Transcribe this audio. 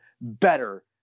better